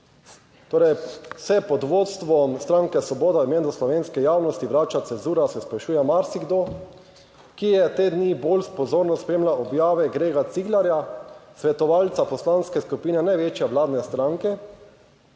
"Torej se pod vodstvom stranke Svoboda menda slovenske javnosti vrača cenzura, se sprašuje marsikdo, ki je te dni bolj pozorno spremljal objave Grega Ciglerja, svetovalca poslanske skupine največje vladne stranke,